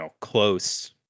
close